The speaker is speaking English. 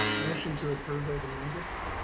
motion to approve as amended.